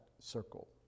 circle